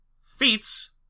feats